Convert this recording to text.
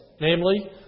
namely